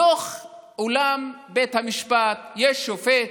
בתוך אולם בית המשפט יש שופט,